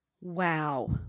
Wow